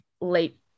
late